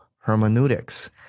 hermeneutics